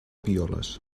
violes